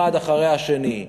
אחת אחרי השנייה.